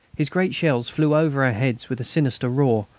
his great shells flew over our heads with a sinister roar,